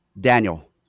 Daniel